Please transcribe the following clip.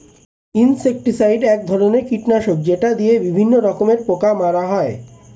insecticide এক ধরনের কীটনাশক যেটা দিয়ে বিভিন্ন রকমের পোকা মারা হয়